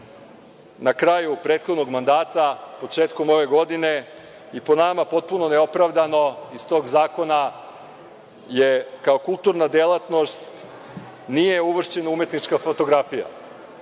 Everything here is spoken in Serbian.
na kraju prethodnog mandata, početkom ove godine i po nama potpuno neopravdano iz tog zakona je kao kulturna delatnost nije uvršćena umetnička fotografija.